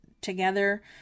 together